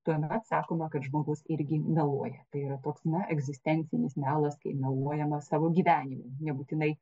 tuomet sakome kad žmogus irgi meluoja tai yra toks na egzistencinis melas kai meluojama savo gyvenimui nebūtinai